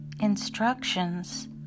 instructions